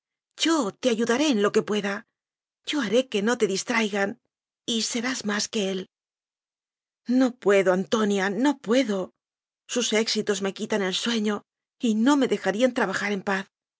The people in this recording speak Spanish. yo te ayudaré en lo que pue da yo haré que no te distraigan y serás más que él no puedo antonia no puedo sus éxi tos me quitan el sueño y no me dejarían tra bajar en paz